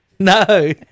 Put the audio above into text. No